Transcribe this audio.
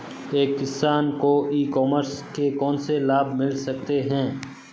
एक किसान को ई कॉमर्स के कौनसे लाभ मिल सकते हैं?